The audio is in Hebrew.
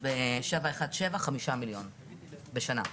ו-717 חמישה מיליון בשנה.